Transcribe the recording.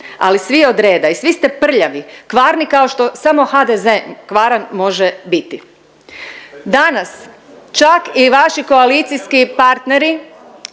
ali svi od reda i svi ste prljavi, kvarni kao što samo HDZ kvaran može biti! Danas čak i vaši koalicijski partneri